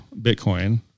Bitcoin